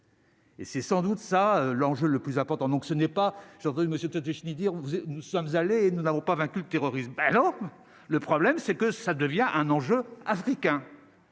Et c'est sans doute ça l'enjeu le plus important, donc ce n'est pas entendu monsieur Todeschini dire vous êtes, nous sommes allés nous n'avons pas vaincu le terrorisme, alors le problème, c'est que ça devient un enjeu africain